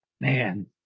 man